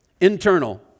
Internal